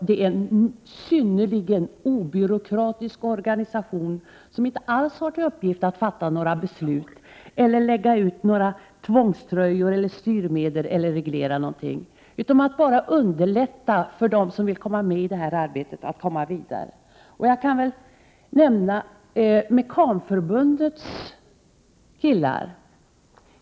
Det är en synnerligen obyråkratisk organisation som inte alls har till uppgift att fatta några beslut, lägga ut några tvångströjor eller styrmedel eller reglera någonting. Det handlar bara om att underlätta för dem som vill komma med i det här arbetet att komma vidare. Jag kan väl nämna medlemmarna i Mekanförbundet.